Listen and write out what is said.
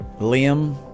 Liam